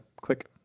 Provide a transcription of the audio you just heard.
Click